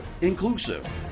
inclusive